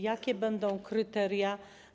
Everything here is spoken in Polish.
Jakie będą kryteria?